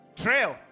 trail